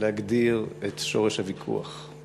להגדיר את שורש הוויכוח.